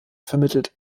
vermittelt